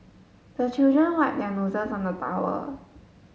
the children wipe their noses on the towel